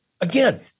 again